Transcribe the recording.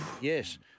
Yes